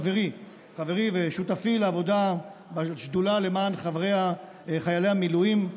חברי ושותפי לעבודה בשדולה למען חיילי המילואים,